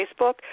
Facebook